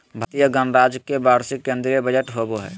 भारतीय गणराज्य के वार्षिक केंद्रीय बजट होबो हइ